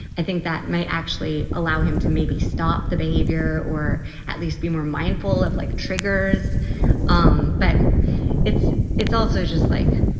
i think that may actually allow him to maybe stop the behavior or at least be more mindful of, like, triggers um but it's it's also just like.